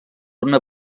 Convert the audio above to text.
una